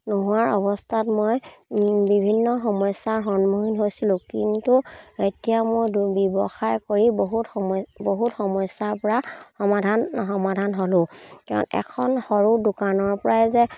নোহোৱাৰ অৱস্থাত মই বিভিন্ন সমস্যাৰ সন্মুখীন হৈছিলোঁ কিন্তু এতিয়া মই ব্যৱসায় কৰি বহুত সময় বহুত সমস্যাৰ পৰা সমাধান সমাধান হ'লোঁ এখন সৰু দোকানৰ পৰাই যে